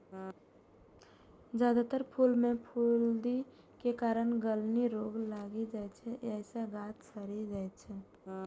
जादेतर फूल मे फफूंदी के कारण गलनी रोग लागि जाइ छै, जइसे गाछ सड़ि जाइ छै